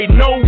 no